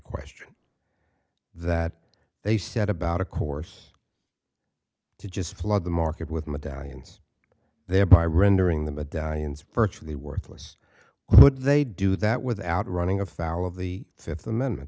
question that they set about a course to just flood the market with medallions thereby rendering the medallions virtually worthless what they do that without running afoul of the fifth amendment